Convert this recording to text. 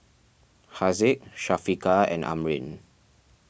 Haziq Syafiqah and Amrin